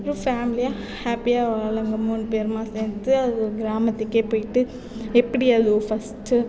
பேரும் ஃபேமிலியாக ஹாப்பியாக வாழுவாங்க மூணு பேருமாக சேர்ந்து அந்த கிராமத்துக்கே போய்விட்டு எப்படி அதுவோ ஃபஸ்ட்டு